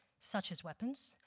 such as weapons,